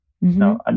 No